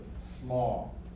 small